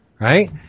right